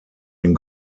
den